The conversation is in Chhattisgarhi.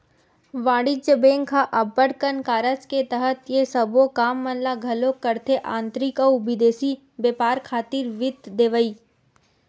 वाणिज्य बेंक ह अब्बड़ कन कारज के तहत ये सबो काम मन ल घलोक करथे आंतरिक अउ बिदेसी बेपार खातिर वित्त देवई